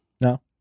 no